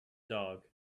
dog